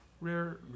rare